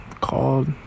Called